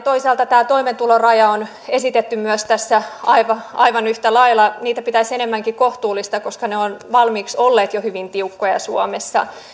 toisaalta tämä toimeentuloraja on esitetty myös tässä aivan aivan yhtä lailla niitä pitäisi enemmänkin kohtuullistaa koska ne ovat valmiiksi olleet jo hyvin tiukkoja suomessa